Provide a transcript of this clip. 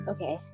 Okay